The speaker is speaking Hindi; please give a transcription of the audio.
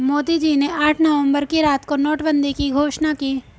मोदी जी ने आठ नवंबर की रात को नोटबंदी की घोषणा की